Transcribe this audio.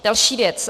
Další věc.